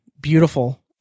beautiful